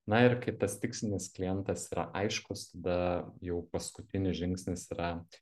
na ir kai tas tikslinis klientas yra aiškus tada jau paskutinis žingsnis yra